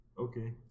Okay